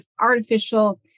artificial